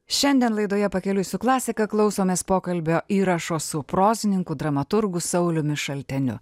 šiandien laidoje pakeliui su klasika klausomės pokalbio įrašo su prozininku dramaturgu sauliumi šalteniu